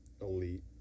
elite